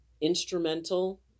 instrumental